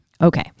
Okay